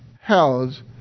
held